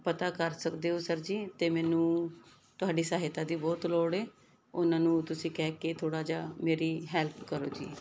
ਪਤਾ ਕਰ ਸਕਦੇ ਹੋ ਸਰ ਜੀ ਅਤੇ ਮੈਨੂੰ ਤੁਹਾਡੀ ਸਹਾਇਤਾ ਦੀ ਬਹੁਤ ਲੋੜ ਹੈ ਉਹਨਾਂ ਨੂੰ ਤੁਸੀਂ ਕਹਿ ਕੇ ਥੋੜ੍ਹਾ ਜਿਹਾ ਮੇਰੀ ਹੈਲਪ ਕਰੋ ਜੀ